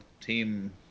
Team